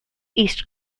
east